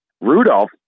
Rudolph